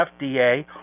FDA